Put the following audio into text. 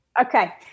Okay